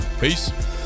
Peace